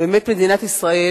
באמת מדינת ישראל,